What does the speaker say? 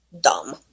dumb